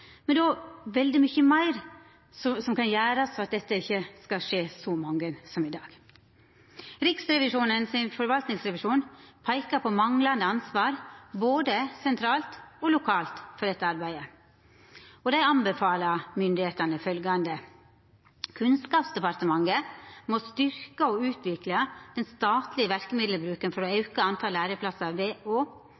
men det er veldig mykje meir som kan gjerast for at dette ikkje skal skje så mange som i dag. Riksrevisjonens forvaltningsrevisjon peikar på manglande ansvar, både sentralt og lokalt, for dette arbeidet. Dei anbefaler myndigheitene følgjande: Kunnskapsdepartementet må «styrkje og utvikle den statlege verkemiddelbruken for å